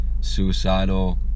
suicidal